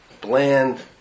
bland